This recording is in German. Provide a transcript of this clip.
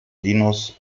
linus